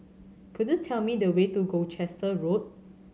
could you tell me the way to Gloucester Road